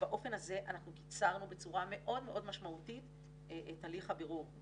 ובאופן הזה אנחנו קיצרנו בצורה מאוד מאוד משמעותית את הליך הבירור.